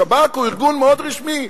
השב"כ הוא ארגון מאוד רשמי,